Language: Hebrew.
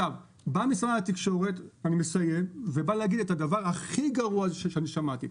בא משרד התקשורת ואומר את הדבר הכי גרוע שאני שמעתי: